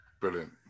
Brilliant